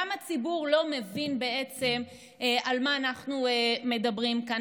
גם הציבור לא מבין בעצם על מה אנחנו מדברים כאן.